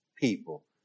people